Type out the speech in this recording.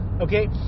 okay